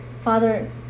father